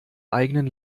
eigenen